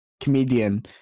comedian